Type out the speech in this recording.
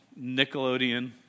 Nickelodeon